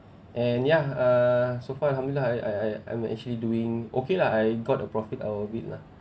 and yah uh so far alhamdulilah I I I'm actually doing okay ah I got a profit out of it lah